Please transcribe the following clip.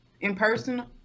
impersonal